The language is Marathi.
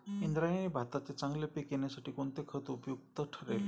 इंद्रायणी भाताचे चांगले पीक येण्यासाठी कोणते खत उपयुक्त ठरेल?